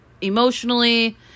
emotionally